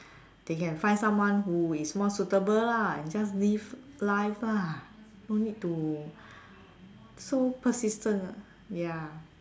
they can find someone who is more suitable lah just live life ah don't need to so persistent ya